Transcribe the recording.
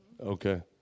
Okay